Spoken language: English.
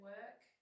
work